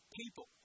people